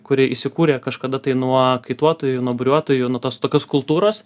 kuri įsikūrė kažkada tai nuo kaituotojų nuo buriuotojų nuo tos tokios kultūros